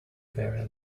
very